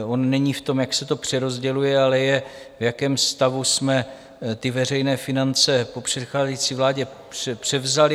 On není v tom, jak se to přerozděluje, ale je, v jakém stavu jsme ty veřejné finance po předcházející vládě převzali.